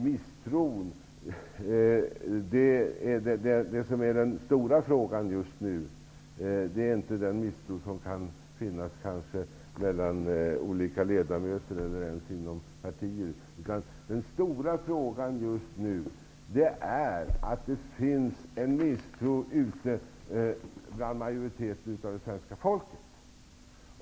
Herr talman! Den stora frågan är inte den misstro som kan finnas mellan olika ledamöter eller ens inom partier. Den stora frågan är att det finns en misstro bland majoriteten av det svenska folket.